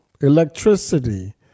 electricity